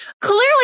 clearly